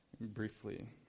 briefly